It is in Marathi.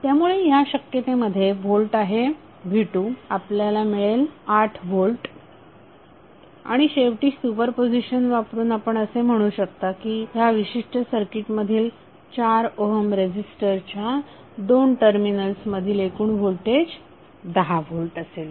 त्यामुळे या शक्यते मध्ये व्होल्ट आहे v2आपल्याला मिळेल 8 व्होल्ट आणि शेवटी सुपरपोझिशन वापरून आपण असे म्हणू शकता की ह्या विशिष्ट सर्किट मधील 4 ओहम रेझीस्टरच्या दोन टर्मिनल्स मधील एकूण व्होल्टेज 10 व्होल्ट असेल